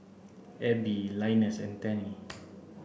Abbey Linus and Tennie